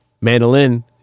mandolin